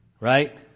right